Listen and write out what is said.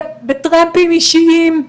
בטרמפים אישיים.